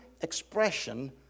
expression